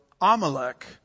Amalek